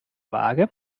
waage